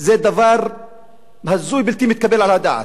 זה דבר הזוי ובלתי מתקבל על הדעת.